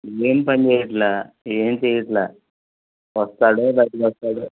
ఏమి పని చేయట్లేదు ఏమి చేయట్లేదు వస్తాడు బయటకి వస్తాడు